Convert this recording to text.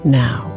now